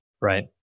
Right